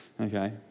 okay